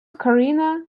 corrina